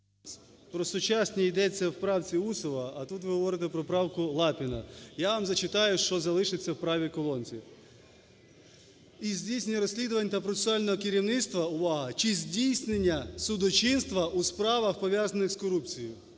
Про сучасні йдеться в правці Усова, а тут ви говорите про правку Лапіна. Я вам зачитаю, що залишиться в правій колонці: "і здійснення розслідувань та процесуального керівництва", увага, "чи здійснення судочинства у справах, пов'язаних з корупцією".